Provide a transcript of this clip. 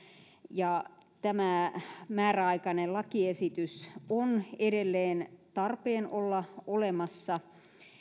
ja tämä määräaikainen lakiesitys on edelleen tarpeen olla olemassa